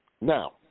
Now